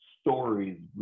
stories